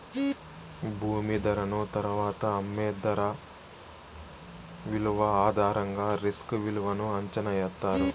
భూమి ధరను తరువాత అమ్మే ధర విలువ ఆధారంగా రిస్క్ విలువను అంచనా ఎత్తారు